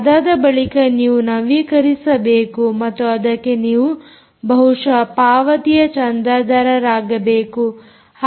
ಅದಾದ ಬಳಿಕ ನೀವು ನವೀಕರಿಸಬೇಕು ಮತ್ತು ಅದಕ್ಕೆ ನೀವು ಬಹುಶಃ ಪಾವತಿಯ ಚಂದಾದಾರರಾಗಬೇಕು